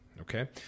Okay